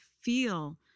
feel